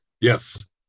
Yes